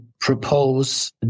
propose